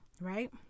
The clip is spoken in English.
Right